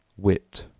wit,